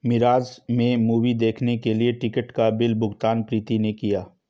मिराज में मूवी देखने के लिए टिकट का बिल भुगतान प्रीति ने किया